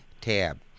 tab